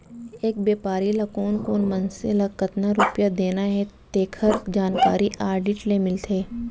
एक बेपारी ल कोन कोन मनसे ल कतना रूपिया देना हे तेखर जानकारी आडिट ले मिलथे